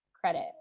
credit